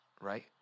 right